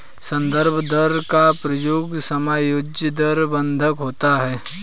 संदर्भ दर का प्रयोग समायोज्य दर बंधक होता है